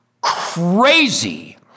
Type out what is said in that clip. crazy